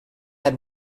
had